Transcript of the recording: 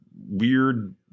weird